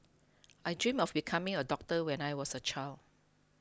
I dreamt of becoming a doctor when I was a child